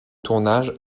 tournage